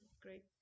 great